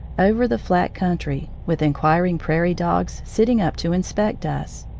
over the flat country, with inquiring prairie dogs sitting up to inspect us,